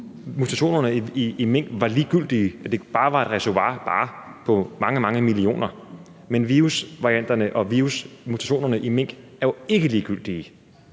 mutationerne i mink var ligegyldige, og det bare var et reservoir på mange, mange millioner, var det jo én ting, men virusvarianterne og virusmutationerne i mink er jo ikke ligegyldige,